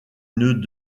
nœud